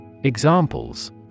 Examples